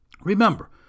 Remember